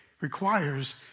requires